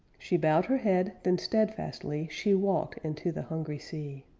she bowed her head, then steadfastly she walked into the hungry sea.